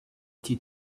due